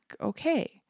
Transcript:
Okay